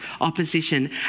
opposition